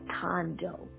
condo